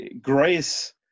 grace